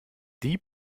die